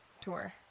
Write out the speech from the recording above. tour